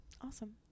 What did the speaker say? awesome